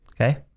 Okay